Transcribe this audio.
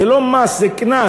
זה לא מס, זה קנס.